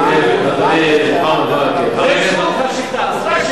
אדוני מוחמד ברכה?